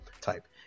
type